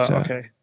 okay